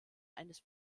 eines